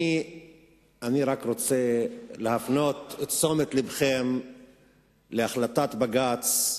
אני רק רוצה להפנות את תשומת לבכם להחלטת בג"ץ,